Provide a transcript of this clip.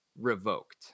revoked